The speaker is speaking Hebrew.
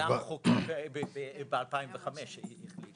על זה המחוקק ב-2005 החליט.